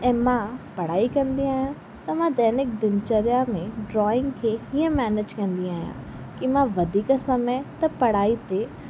ऐं मां पढ़ाई कंदी आहियां त मां दैनिक दिनचर्या में ड्रॉइंग खे कीअं मैनेज कंदी आहियां की मां वधीक समय त पढ़ाई ते